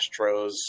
astros